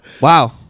Wow